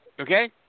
Okay